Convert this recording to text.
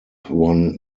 won